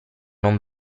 non